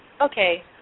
Okay